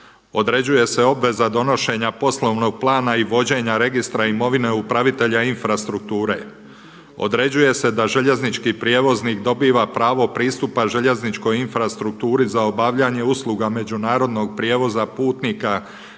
Određuje se obveza poslovnog plana i vođenja registra imovine upravitelja infrastrukture. Određuje se da željeznički prijevoznik dobiva pravo pristupa željezničkoj infrastrukturi za obavljanje usluga međunarodnog prijevoza putnika